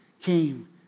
came